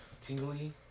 tingly